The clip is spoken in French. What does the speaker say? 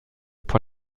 pour